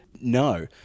no